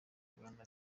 uganda